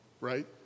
Right